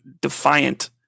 defiant